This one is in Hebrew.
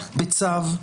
בצו?